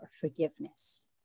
forgiveness